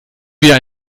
wieder